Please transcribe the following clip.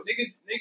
Niggas